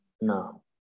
No